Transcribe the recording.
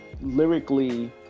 lyrically